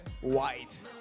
white